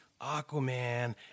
aquaman